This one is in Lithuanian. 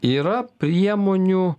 yra priemonių